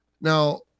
now